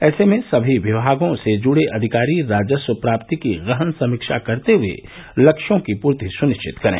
ऐसे में सभी विभागों से जुड़े अधिकारी राजस्व प्राप्ति की गहन समीक्षा करते हुए लक्ष्यों की पूर्ति सुनिश्चित करें